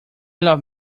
love